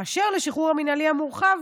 אשר לשחרור המינהלי המורחב,